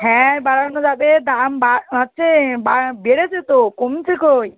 হ্যাঁ বাড়ানো যাবে দাম বাড়ছে বা বেড়েছে তো কমছে কই